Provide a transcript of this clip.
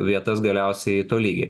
vietas galiausiai tolygiai